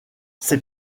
ses